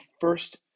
first